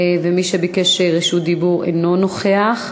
ומי שביקש רשות דיבור אינו נוכח.